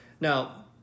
Now